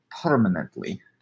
permanently